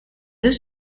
deux